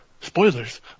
Spoilers